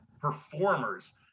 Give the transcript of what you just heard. performers